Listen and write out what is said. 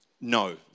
No